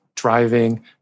driving